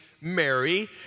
Mary